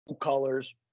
colors